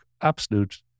absolute